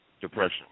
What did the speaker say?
depression